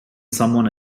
someone